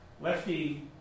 Lefty